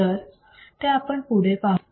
तर ते आपण पुढे पाहू